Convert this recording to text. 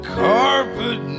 carpet